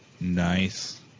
nice